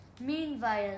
Meanwhile